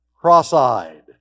cross-eyed